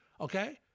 Okay